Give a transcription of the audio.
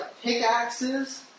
pickaxes